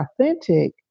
authentic